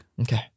Okay